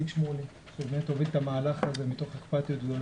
טור ב' וטור ג' שנוגעים לאנשי צוות טכני אמנותי בהפקה קולית או חזותית.